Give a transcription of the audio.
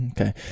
okay